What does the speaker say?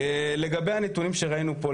לגבי הנתונים שראינו פה,